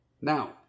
Now